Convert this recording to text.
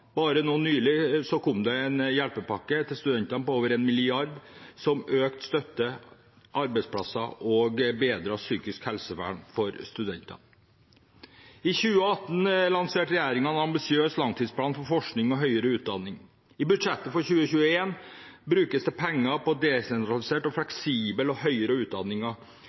Bare nå nylig kom det en hjelpepakke til studentene på over 1 mrd. kr. til økt støtte, arbeidsplasser og bedret psykisk helsevern for studenter. I 2018 lanserte regjeringen en ambisiøs langtidsplan for forskning og høyere utdanning. I budsjettet for 2021 brukes det penger på desentraliserte og fleksible høyere